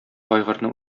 айгырны